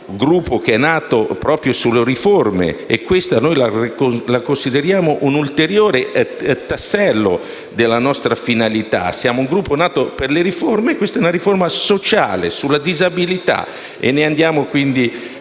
Gruppo nato proprio sulle riforme (e questa noi la consideriamo come un ulteriore tassello della nostra finalità): siamo un Gruppo nato per le riforme, questa è una riforma sociale sulle disabilità e quindi andiamo fieri